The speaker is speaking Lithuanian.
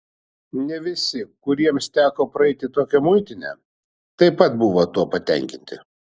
ne visi kuriems teko praeiti tokią muitinę taip pat buvo tuo patenkinti